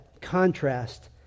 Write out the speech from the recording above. contrast